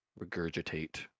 regurgitate